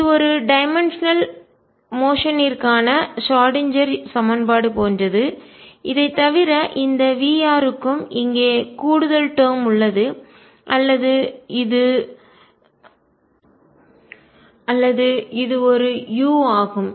இது ஒரு டைமென்சனல் மோஷன்னிற்கான பரிமாண இயக்கத்திற்கான ஷ்ராடின்ஜெர் சமன்பாடு போன்றது இதை தவிர இந்த Vr க்கும் இங்கே கூடுதல் டேர்ம் உள்ளது அல்லது இது ஒரு u ஆகும்